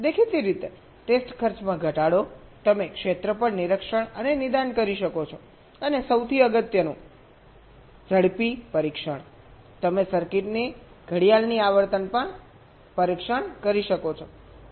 દેખીતી રીતે ટેસ્ટ ખર્ચમાં ઘટાડો તમે ક્ષેત્ર પર પરીક્ષણ અને નિદાન કરી શકો છો અને સૌથી અગત્યનું ઝડપી પરીક્ષણ તમે સર્કિટની ઘડિયાળની આવર્તન પર પરીક્ષણ કરી શકો છો